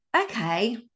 okay